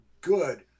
good